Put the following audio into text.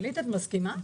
גלית, את מסכימה?